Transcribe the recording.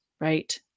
right